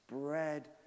spread